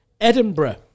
Edinburgh